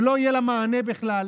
ולא יהיה לה מענה בכלל?